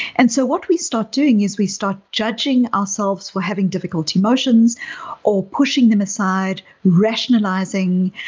and so what we start doing is we start judging ourselves for having difficulty emotions or pushing them aside, rationalizing.